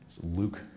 Luke